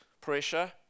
pressure